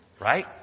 Right